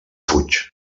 fuig